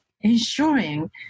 ensuring